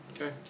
Okay